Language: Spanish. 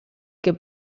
que